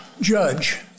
Judge